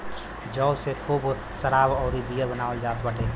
जौ से खूब शराब अउरी बियर बनावल जात बाटे